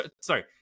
sorry